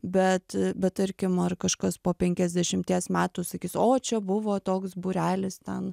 bet bet tarkim ar kažkas po penkiasdešimties metų sakys o čia buvo toks būrelis ten